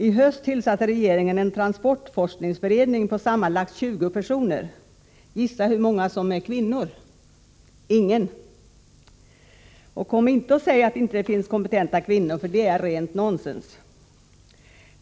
I höst tillsatte regeringen en transportforskningsberedning på sammanlagt 20 personer. Gissa hur många som var kvinnor - ingen! Och kom inte och säg att det inte finns kompetenta kvinnor, för det är rent nonsens.